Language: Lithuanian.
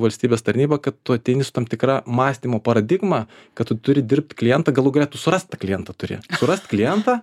valstybės tarnybą kad tu ateini su tam tikra mąstymo paradigma kad tu turi dirbt klientą galų gale tu surast tą klientą turi surast klientą